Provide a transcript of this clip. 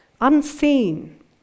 unseen